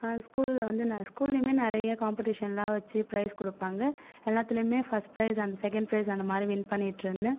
ஸ்கூலில் வந்து நான் ஸ்கூல்லிமே நிறைய காம்படிஷனெலாம் வச்சு பிரைஸ் கொடுப்பாங்க எல்லாத்துலையுமே first prize and second prize அந்த மாதிரி வின் பண்ணிட்டிருந்தேன்